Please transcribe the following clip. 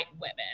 women